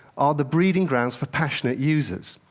are the breeding grounds for passionate users.